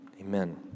Amen